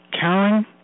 Karen